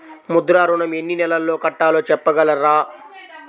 ముద్ర ఋణం ఎన్ని నెలల్లో కట్టలో చెప్పగలరా?